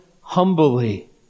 humbly